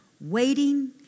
waiting